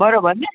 બરાબર ને